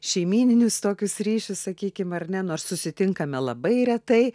šeimyninius tokius ryšius sakykim ar ne nors susitinkame labai retai